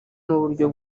n’uburyo